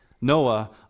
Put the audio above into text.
Noah